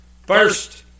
First